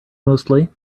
mostly